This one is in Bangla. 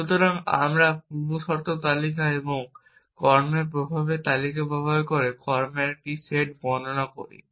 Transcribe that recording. সুতরাং আমরা পূর্বশর্ত তালিকা এবং কর্মের প্রভাবের তালিকা ব্যবহার করে কর্মের একটি সেট বর্ণনা করি